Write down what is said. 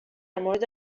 مورد